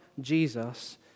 Jesus